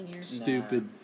stupid